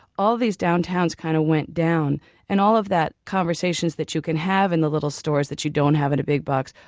all these downtowns kind of went down and all of the conversations that you can have in the little stores that you don't have in a big box,